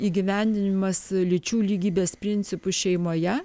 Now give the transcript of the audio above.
įgyvendinimas lyčių lygybės principų šeimoje